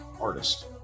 artist